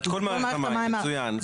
את כל מערכת המים, מצוין.